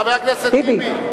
חבר הכנסת טיבי,